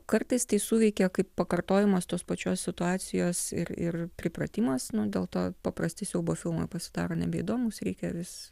kartais tai suveikia kaip pakartojimas tos pačios situacijos ir ir pripratimas nu dėl to paprasti siaubo filmai pasidaro nebeįdomūs reikia vis